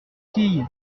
tille